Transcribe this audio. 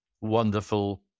wonderful